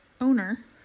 owner